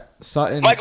Sutton